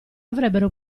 avrebbero